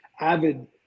avid